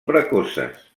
precoces